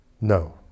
No